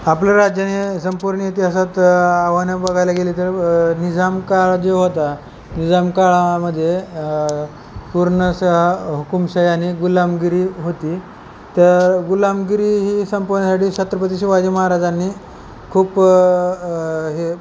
आपल्या राज्याने संपूर्ण इतिहासात आव्हाने बघायला गेले तर निजामकाळ जे होता निजामकाळामध्ये पूर्ण सह हुकुमशाहने गुलामगिरी होती तर गुलामगिरी ही संपवण्यासाठी छत्रपती शिवाजी महाराजांनी खूप हे